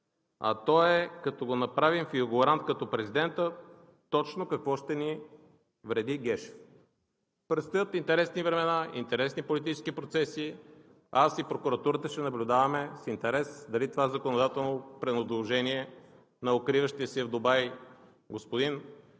а то е – като го направим фигурант като президента, точно какво ще ни вреди Гешев? Предстоят интересни времена, интересни политически процеси. Аз и прокуратурата ще наблюдаваме с интерес дали това законодателно предложение на укриващия се в Дубай господин